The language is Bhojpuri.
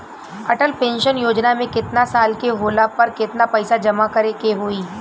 अटल पेंशन योजना मे केतना साल के होला पर केतना पईसा जमा करे के होई?